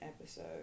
episode